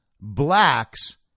blacks